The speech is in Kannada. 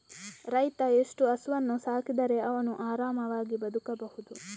ರೈತ ಎಷ್ಟು ಹಸುವನ್ನು ಸಾಕಿದರೆ ಅವನು ಆರಾಮವಾಗಿ ಬದುಕಬಹುದು?